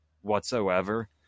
whatsoever